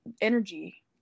energy